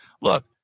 look